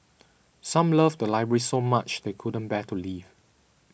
some love the library so much they couldn't bear to leave